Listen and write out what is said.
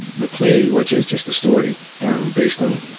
the play which is just a story, and based on